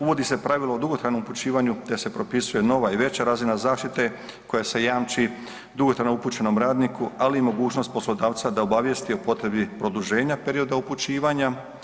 Uvodi se pravilo o dugotrajnom upućivanju te se propisuje nova i veća razina zaštite koja se jamči dugotrajno upućenom radniku, ali i mogućnost poslodavca da obavijesti o potrebi produženja perioda upućivanja.